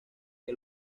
que